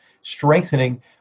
strengthening